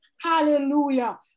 hallelujah